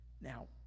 Now